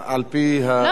לא,